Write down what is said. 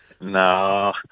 no